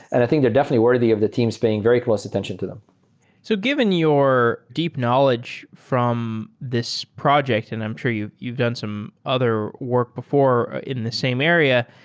and i think they're definitely worthy of the teams paying very close attention to them so given your deep knowledge from this project, and i'm sure you've you've done some other work before in the same area.